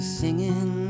singing